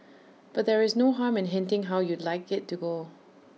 but there is no harm in hinting how you'd like IT to go